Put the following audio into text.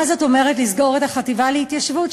מה זאת אומרת לסגור את החטיבה להתיישבות?